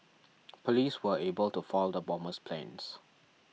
police were able to foil the bomber's plans